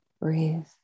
breathe